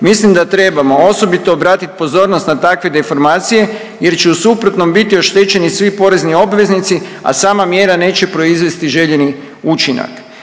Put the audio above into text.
mislim da trebamo osobito obratit pozornost na takve deformacije jer će u suprotnom biti oštećeni svi porezni obveznici, a sama mjera neće proizvesti željeni učinak.